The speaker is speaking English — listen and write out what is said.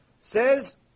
says